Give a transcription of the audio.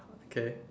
okay